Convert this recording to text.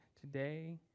today